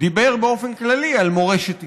דיבר באופן כללי על מורשת ישראל.